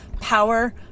power